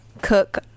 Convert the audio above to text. cook